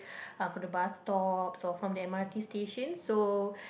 uh for the bus stops or from the M_R_T stations so